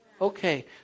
Okay